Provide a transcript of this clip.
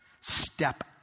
step